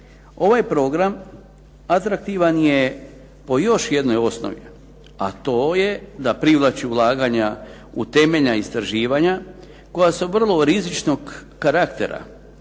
Ovaj program atraktivan je po još jednoj osnovi, a to je da privlači ulaganja u temeljna istraživanja koja sa vrlo rizičnog karaktera,